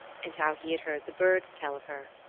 and how he had heard the birds tell of her.